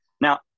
Now